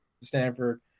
Stanford